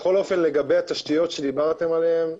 לגבי התשתיות שדיברתם עליהן,